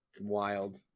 wild